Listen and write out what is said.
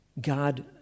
God